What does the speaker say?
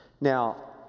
now